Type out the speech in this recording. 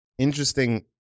interesting